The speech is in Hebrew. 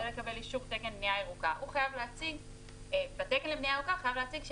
לקבל תקן בנייה ירוקה והוא חייב להציג בתקן בנייה ירוקה,